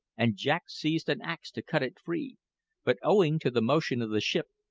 and jack seized an axe to cut it free but owing to the motion of the ship,